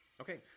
okay